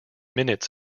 minutes